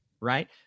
Right